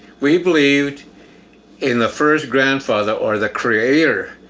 we believed in the first grandfather or the creator,